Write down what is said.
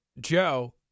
Joe